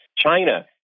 China